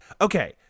okay